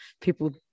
people